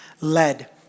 Led